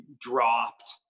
dropped